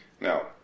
now